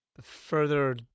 further